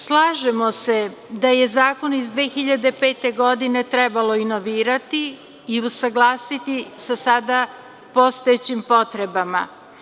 Slažemo se da je Zakon iz 2005. godine trebalo inovirati i usaglasiti sa sada postojećim potrebama.